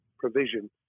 provision